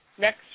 Next